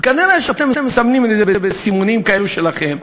נראה שאתם מסמנים את זה בסימונים שלכם.